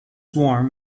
warm